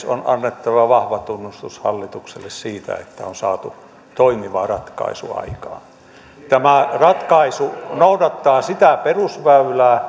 on annettava vahva tunnustus hallitukselle siitä että on saatu toimiva ratkaisu aikaan tämä ratkaisu noudattaa sitä perusväylää